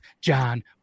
John